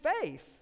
faith